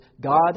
God